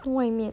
外面